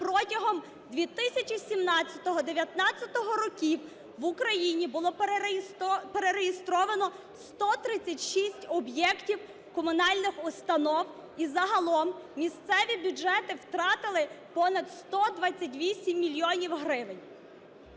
протягом 2017-2019 років в Україні було перереєстровано 136 об'єктів комунальних установ, і загалом місцеві бюджети втратили понад 128 мільйонів гривень.